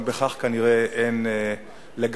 גם לכך כנראה אין בסיס,